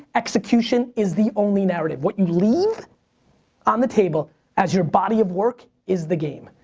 execution is the only narrative. what you leave on the table as your body of work is the game,